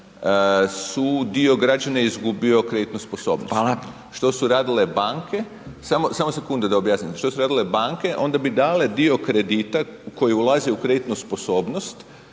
su dio građana je izgubio kreditnu sposobnost …/Upadica: Hvala./… što su radile banke, samo sekundu da objasnim, što su radile banke onda bi dale dio kredita koji ulazi u kreditnu sposobnost